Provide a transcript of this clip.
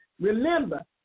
Remember